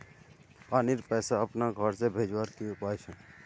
पानीर पैसा अपना घोर से भेजवार की उपाय छे?